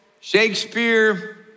Shakespeare